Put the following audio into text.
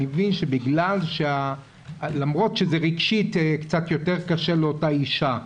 אני מבין שלמרות שזה רגשית קצת יותר קשה לאותה אישה,